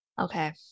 Okay